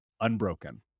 unbroken